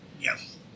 Yes